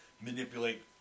manipulate